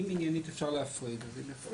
אם עניינית אפשר להפריד, אז הם יפרידו.